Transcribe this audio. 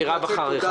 מירב כהן אחריך.